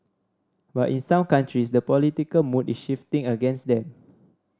but in some countries the political mood is shifting against them